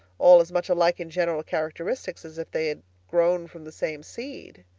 all as much alike in general characteristics as if they had grown from the same seed.